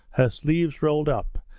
her sleeves rolled up,